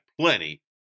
plenty